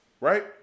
right